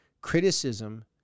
Criticism